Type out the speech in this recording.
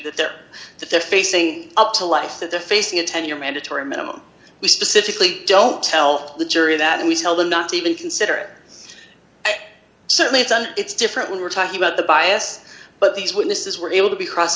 that they're that they're facing up to life that they're facing a ten year mandatory minimum we specifically don't tell the jury that and we tell them not to even consider certainly it's and it's different when we're talking about the bias but these witnesses were able to be cross